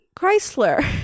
Chrysler